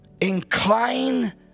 Incline